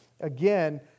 again